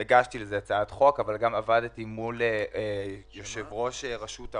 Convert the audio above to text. אתם, האוצר, לא נותנים לי מענקים מספיק